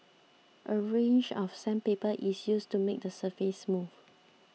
a range of sandpaper is used to make the surface smooth